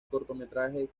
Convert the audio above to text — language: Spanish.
cortometrajes